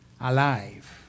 alive